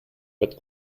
but